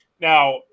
Now